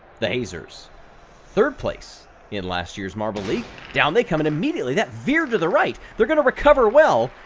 the hazers third place in last year's marble league. down they come and immediately that veered to the right. they're going to recover well,